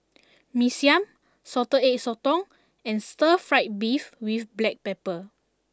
Mee Siam Salted Egg Sotong and Stir Fried Beef with Black Pepper